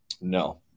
No